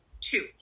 two